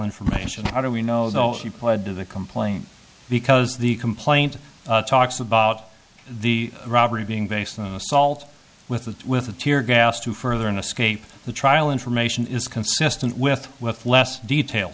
information how do we know that all she pled to the complaint because the complaint talks about the robbery being based on assault with a with a tear gas to further in a scape the trial information is consistent with with less detail